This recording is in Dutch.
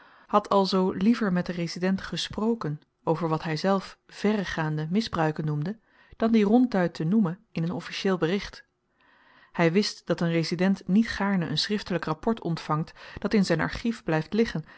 vermogen had alzoo liever met den resident gesproken over wat hyzelf verregaande misbruiken noemde dan die ronduit te noemen in een officieel bericht hy wist dat een resident niet gaarne een schriftelyk rapport ontvangt dat in zyn archief blyft liggen